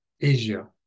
Asia